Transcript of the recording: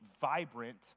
vibrant